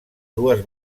dues